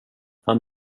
han